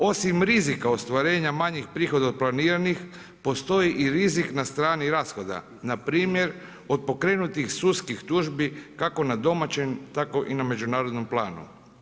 Osim rizika ostvarenja manjih prihoda od planiranih, postoji i rizik na strani rashoda, npr. od pokrenutih sudskih tužbi kako na domaćem, tako i na međunarodnom planu.